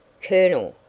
colonel,